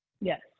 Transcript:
Yes